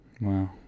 Wow